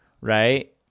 right